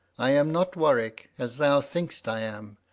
i am not warwick, as thou thinkst i am,